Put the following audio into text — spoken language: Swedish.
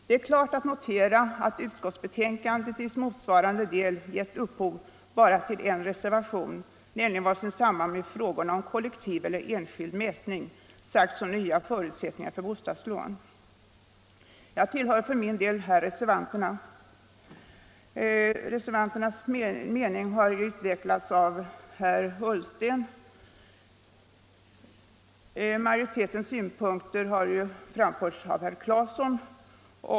Vi kan notera att utskottsbetänkandet i motsvarande del bara gett upphov till en reservation, nämligen vad som i samband med frågorna om kollektiv eller enskild mätning sagts om nya förutsättningar för bostadslån. Jag tillhör för min del reservanterna. Deras mening har utvecklats av herr Ullsten och majoritetens synpunkt har framförts av herr Claeson.